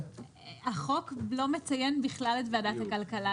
החוק לא מציין בכלל את וועדת הכלכלה,